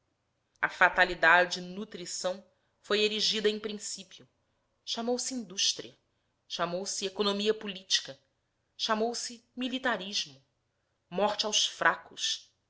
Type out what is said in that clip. a fatalidade nutrição foi erigida em principio chamou-se indústria chamou-se economia política chamou-se militarismo morte aos fracos